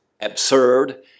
absurd